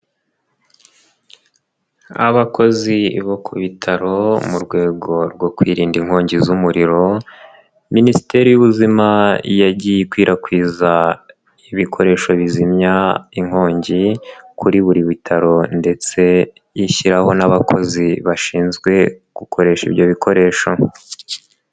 Abakozi bo ku bitaro mu rwego rwo kwirinda inkongi z'umuriro, Minisiteri y'ubuzima yagiye ikwirakwiza ibikoresho bizimya inkongi kuri buri bitaro ndetse ishyiraho n'abakozi bashinzwe gukoresha ibyo bikoresho.